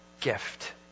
Gift